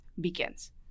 begins